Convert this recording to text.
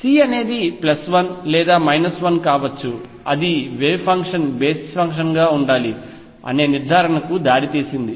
C అనేది 1 లేదా 1 కావచ్చు అది వేవ్ ఫంక్షన్ బేసి ఫంక్షన్ గా ఉండాలి అనే నిర్ధారణకు దారితీసింది